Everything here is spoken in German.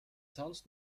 sonst